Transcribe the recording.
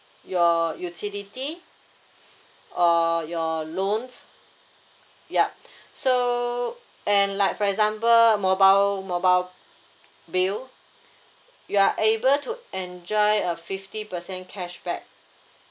you utility or your loans yup so and like for example mobile mobile bill you are able to enjoy a fifty percent cashback